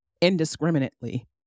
indiscriminately